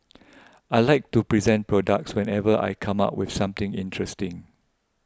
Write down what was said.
I like to present products whenever I come up with something interesting